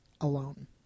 alone